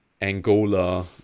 Angola